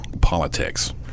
politics